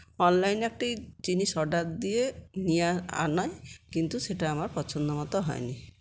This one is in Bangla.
অনলাইনে একটি জিনিস অর্ডার দিয়ে নিয়ে আনাই কিন্তু সেটা আমার পছন্দ মতো হয়নি